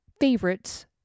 favorites